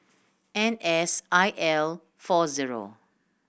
N S I L four zero